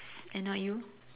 and not you